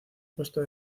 puesto